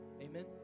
Amen